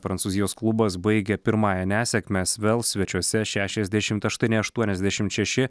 prancūzijos klubas baigė pirmąja nesėkme vėl svečiuose šešiasdešimt aštuoni aštuoniasdešimt šeši